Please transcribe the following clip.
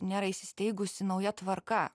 nėra įsisteigusi nauja tvarka